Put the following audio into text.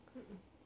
uh mm mm